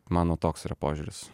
mano toks požiūris